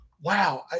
Wow